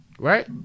Right